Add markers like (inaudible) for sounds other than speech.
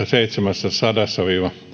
(unintelligible) seitsemässäsadassa